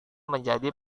menjadi